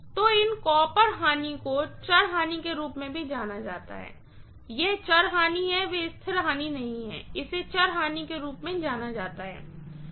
तो इन कॉपर हानि को वेरिएबल हानि के रूप में भी जाना जाता है ये वेरिएबल हानि हैं वे स्थिर हानि नहीं हैं इसे वेरिएबल हानि के रूप में जाना जाता है